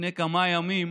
לפני כמה ימים